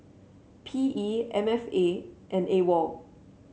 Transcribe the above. P E M F A and A W O L